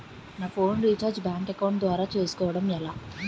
నా phone recharge bank account ద్వారా చేసుకోవటం ఎలా?